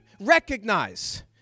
recognize